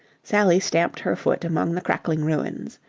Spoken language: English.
sally stamped her foot among the crackling ruins.